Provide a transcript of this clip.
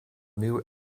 new